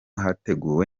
hateguwe